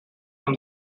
from